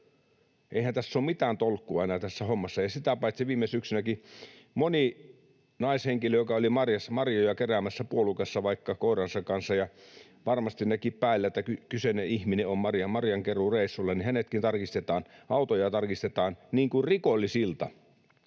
Eihän tässä ole mitään tolkkua enää tässä hommassa. Sitä paitsi viime syksynäkin moni naishenkilö, joka oli marjassa marjoja keräämässä, puolukassa vaikka koiransa kanssa ja josta varmasti näki päälle, että kyseinen ihminen on marjankeruureissulla — niin hänetkin tarkistettiin. Autoja tarkistetaan niin kuin rikollisilta.